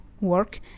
work